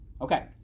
Okay